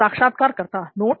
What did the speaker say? साक्षात्कारकर्ता नोट